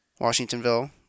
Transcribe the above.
Washingtonville